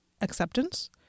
acceptance